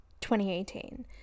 2018